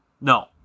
No